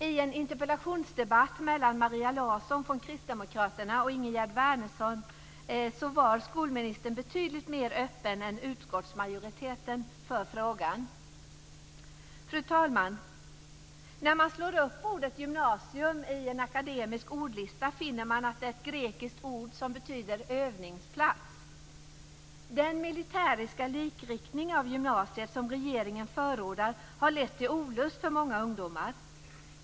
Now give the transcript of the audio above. I en interpellationsdebatt mellan Maria Larsson från Kristdemokraterna och Ingegerd Wärnersson var skolministern betydligt mer öppen än utskottsmajoriteten i den frågan. Fru talman! När man slår upp ordet "gymnasium" i en etymologisk ordlista finner man att det är ett grekiskt ord som betyder "övningsplats". Den militäriska likriktning av gymnasiet som regeringen förordar har lett till olust för många ungdomar.